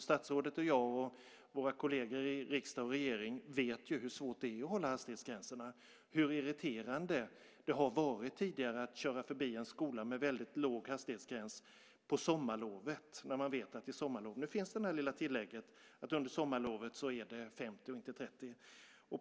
Statsrådet, jag och våra kolleger i riksdag och regeringen vet ju hur svårt det är att hålla hastighetsgränserna och hur irriterande det har varit tidigare att köra förbi en skola med väldigt låg hastighetsgräns när man vet att det är sommarlov. Nu finns det här lilla tillägget att under sommarlovet är det 50 och inte 30.